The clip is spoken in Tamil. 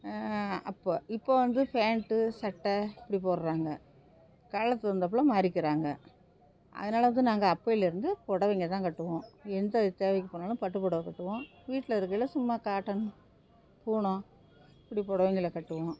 அப்போ இப்போ வந்து ஃபேண்ட்டு சட்டை இப்படி போடுறாங்க காலத்துக்கு தவந்தாப்பில மாறிக்குறாங்க அதனால்தான் நாங்கள் அப்போயிலருந்து புடவைங்கதான் கட்டுவோம் எந்த தேவைக்கு போனாலும் பட்டு புடவை கட்டுவோம் வீட்டில் இருக்கையில சும்மா காட்டன் பூனம் இப்படி புடவைங்கள கட்டுவோம்